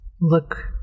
look